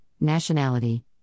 nationality